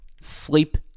sleep